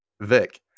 Vic